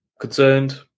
Concerned